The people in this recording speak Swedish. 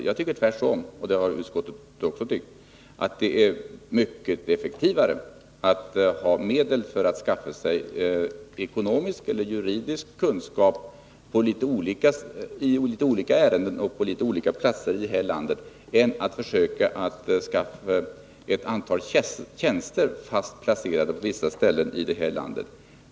Jag tycker tvärtom —och det har utskottet också gjort — att det är mycket effektivare att ha medel för att skaffa sig ekonomiska eller juridiska kunskaper i litet olika ärenden och på litet olika platser i landet än att inrätta ett antal tjänster fast placerade på vissa ställen i landet.